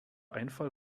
einfall